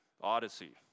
Odyssey